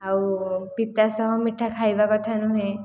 ଆଉ ପିତା ସହ ମିଠା ଖାଇବା କଥା ନୁହେଁ